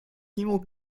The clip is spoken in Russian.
нему